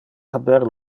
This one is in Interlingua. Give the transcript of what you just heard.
haber